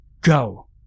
Go